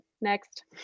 next